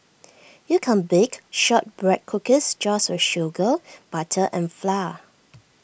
you can bake Shortbread Cookies just with sugar butter and flour